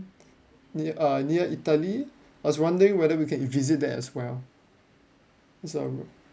near uh near italy I was wondering whether we can visit that as well it's a